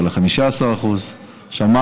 אולי 5%. עכשיו,